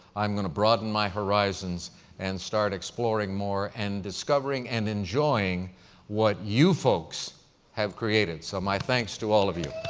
i'm going to broaden my horizons and start exploring more and discovering and enjoying what you folks have created. so, my thanks to all of you.